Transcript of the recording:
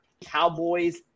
Cowboys